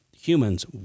humans